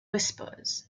whispers